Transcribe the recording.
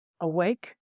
awake